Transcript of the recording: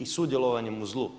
i sudjelovanjem u zlu.